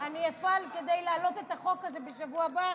אני אפעל כדי להעלות את החוק הזה בשבוע הבא,